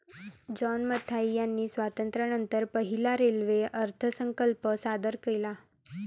John Mathai यांनी स्वातंत्र्यानंतर पहिला रेल्वे अर्थसंकल्प सादर केला